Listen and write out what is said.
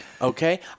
okay